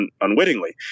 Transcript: unwittingly